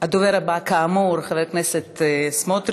הדובר הבא, כאמור, הוא חבר הכנסת סמוטריץ.